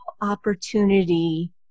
opportunity